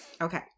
Okay